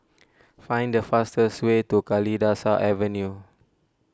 find the fastest way to Kalidasa Avenue